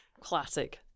Classic